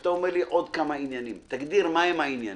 כשאתה אומר "עוד כמה עניינים" תגדיר מה הם העניינים.